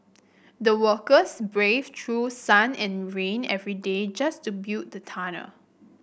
the workers braved through sun and rain every day just to build the tunnel